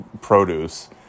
produce